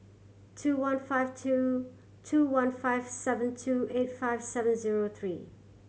two one five two two one five seven two eight five seven zero three